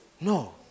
No